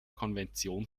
konvention